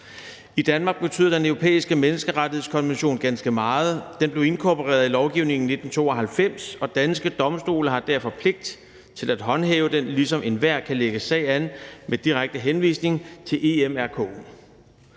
I Danmark betyder Den Europæiske Menneskerettighedskonvention ganske meget. Den blev inkorporeret i lovgivningen i 1992, og danske domstole har derfor pligt til at håndhæve den, ligesom enhver kan lægge sag an med direkte henvisning til EMRK.